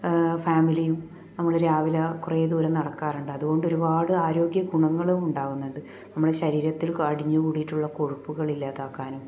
ഫാമിലിയും നമ്മൾ രാവിലെ കുറെ ദൂരം നടക്കാറുണ്ട് അതുകൊണ്ട് ഒരുപാട് ആരോഗ്യ ഗുണങ്ങളും ഉണ്ടാകുന്നുണ്ട് നമ്മുടെ ശരീരത്തിൽ അടിഞ്ഞു കൂടിയിട്ടുള്ള കൊഴുപ്പുകൾ ഇല്ലാതാക്കാനും